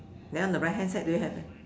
then on the right hand side do you have